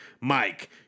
Mike